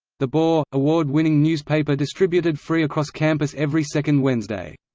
the boar award-winning newspaper distributed free across campus every second wednesday